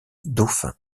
dauphin